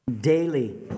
daily